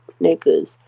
niggas